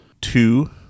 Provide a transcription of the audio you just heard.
two